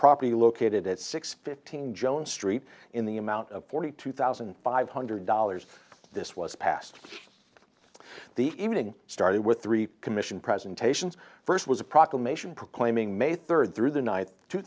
property located at six fifteen jones street in the amount of forty two thousand five hundred dollars this was passed the evening started with three commission presentations first was a proclamation proclaiming may third through the night two